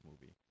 movie